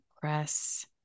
press